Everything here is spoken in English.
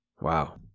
Wow